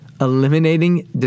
Eliminating